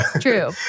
true